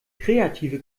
kreative